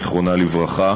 זיכרונה לברכה,